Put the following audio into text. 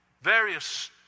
various